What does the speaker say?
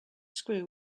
screw